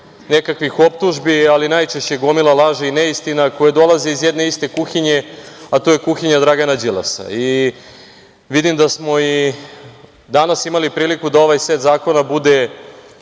nekakvih optužbi, ali najčešće gomila laži i neistina koje dolaze iz jedne iste kuhinje, a to je kuhinja Dragana Đilasa i vidim da smo i danas imali priliku da ovaj set zakona bude